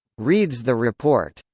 reads the report.